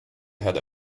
ahead